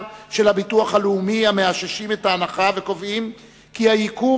של הביטוח הלאומי המאששים את ההנחה וקובעים כי הייקור